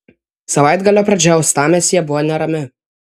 savaitgalio pradžia uostamiestyje buvo nerami